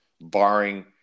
barring –